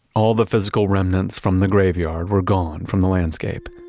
all the physical remnants from the graveyard were gone from the landscape.